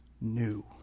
new